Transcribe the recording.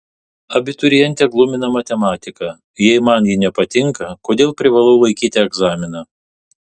abiturientę glumina matematika jei man ji nepatinka kodėl privalau laikyti egzaminą